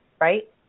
right